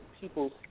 people's